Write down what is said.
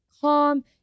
calm